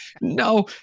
no